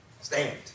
Stand